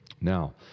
Now